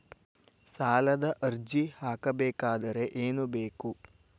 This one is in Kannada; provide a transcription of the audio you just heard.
ಸಾಲದ ಅರ್ಜಿ ಹಾಕಬೇಕಾದರೆ ಏನು ಬೇಕು?